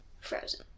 Frozen